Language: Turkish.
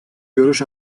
görüş